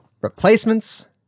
replacements